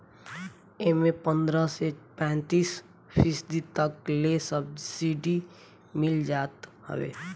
एमे पन्द्रह से पैंतीस फीसदी तक ले सब्सिडी मिल जात हवे